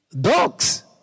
dogs